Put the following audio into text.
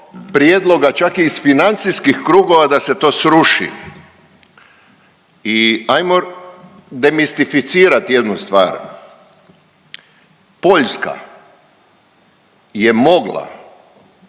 prijedloga, čak i iz financijskih krugova da se to sruši i ajmo demistificirati jednu stvar. Poljska je mogla